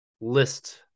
list